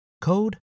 code